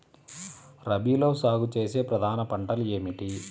రబీలో సాగు చేసే ప్రధాన పంటలు ఏమిటి?